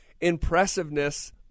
impressiveness